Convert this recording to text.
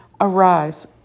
Arise